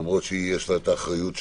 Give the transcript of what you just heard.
למרות שיש לה את האחריות שלה,